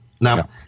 Now